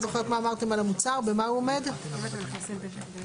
אבל אין לה הוראות של